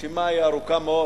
הרשימה היא ארוכה מאוד.